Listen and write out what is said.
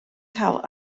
cael